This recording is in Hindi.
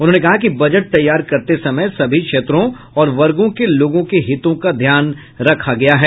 उन्होंने कहा कि बजट तैयार करते समय सभी क्षेत्रों और वर्गों के लोगों के हितों का ध्यान रखा गया है